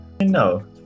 No